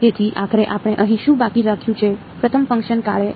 તેથી આખરે આપણે અહીં શું બાકી રાખ્યું છે પ્રથમ ફંકશન કાળે અમને આપ્યું